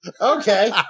Okay